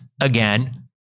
again